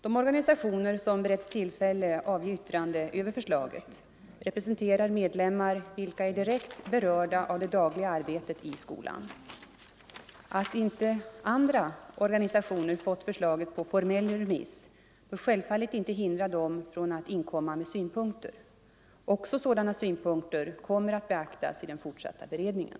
De organisationer som beretts tillfälle avge yttrande över förslaget representerar medlemmar vilka är direkt berörda av det dagliga arbetet i skolan. Att inte andra organisationer fått förslaget på formell remiss bör självfallet inte hindra dem från att inkomma med synpunkter. Också sådana synpunkter kommer att beaktas i den fortsatta beredningen.